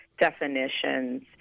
definitions